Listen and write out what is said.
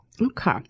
okay